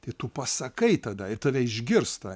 tai tu pasakai tada ir tave išgirsta